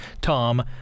Tom